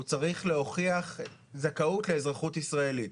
הוא צריך להוכיח זכאות לאזרחות ישראלית.